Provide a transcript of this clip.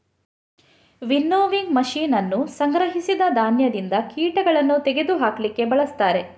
winnowing machine ಅನ್ನು ಸಂಗ್ರಹಿಸಿದ ಧಾನ್ಯದಿಂದ ಕೀಟಗಳನ್ನು ತೆಗೆದು ಹಾಕ್ಲಿಕ್ಕೆ ಬಳಸ್ತಾರೆ